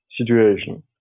situation